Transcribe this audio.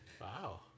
Wow